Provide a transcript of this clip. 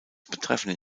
betreffen